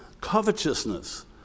covetousness